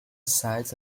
size